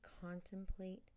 contemplate